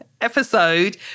episode